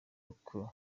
uko